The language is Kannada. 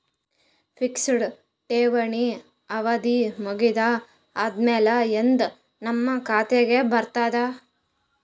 ಫಿಕ್ಸೆಡ್ ಠೇವಣಿ ಅವಧಿ ಮುಗದ ಆದಮೇಲೆ ಎಂದ ನಮ್ಮ ಖಾತೆಗೆ ಬರತದ?